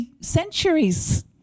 centuries